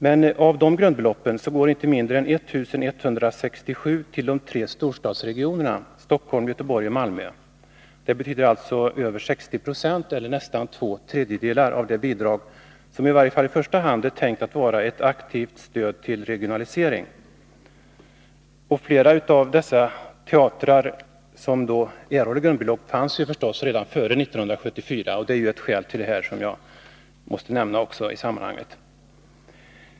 Men av de grundbeloppen går inte mindre än 1167 till de tre storstadsregionerna Stockholm, Göteborg och Malmö. Det betyder alltså över 60 90 eller nästan två tredjedelar av det bidrag som i varje fall i första hand är tänkt som ett aktivt stöd till en regionalisering. Flera av de teatrar som erhåller grundbelopp fanns förstås redan före 1974 — det måste också nämnas i det här sammanhanget.